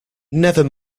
never